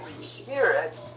Spirit